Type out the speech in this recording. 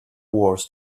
wars